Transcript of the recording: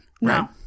No